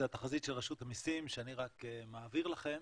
זו התחזית של רשות המסים שאני רק מעביר לכם.